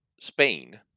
Spain